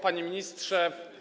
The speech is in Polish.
Panie Ministrze!